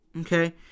okay